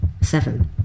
Seven